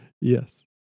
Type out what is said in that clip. Yes